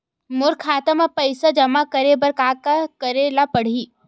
मोर खाता म पईसा जमा करे बर का का करे ल पड़हि?